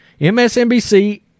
MSNBC